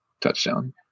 touchdown